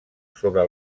sobre